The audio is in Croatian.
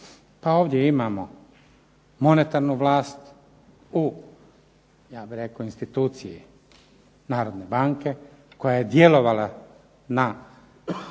Pa ovdje imamo monetarnu vlast u ja bih rekao instituciji narodne banke koja je djelovala na